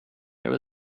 there